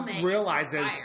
realizes